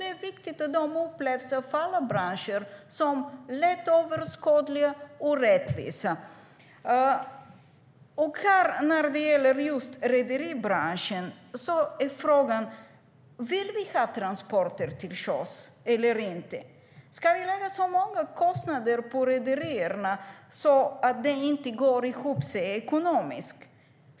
Det är viktigt att de av alla branscher upplevs som lättöverskådliga och rättvisa. När det gäller just rederibranschen är frågan om vi vill ha transporter till sjöss eller inte. Ska vi lägga så många kostnader på rederierna att det inte går ihop ekonomiskt?